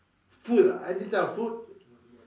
food ah any type of food